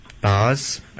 bars